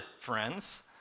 friends